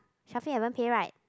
Shafiq haven't pay right